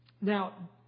Now